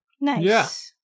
Nice